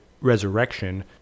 Resurrection